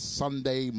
sunday